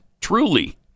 truly